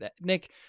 Nick